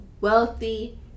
wealthy